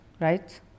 right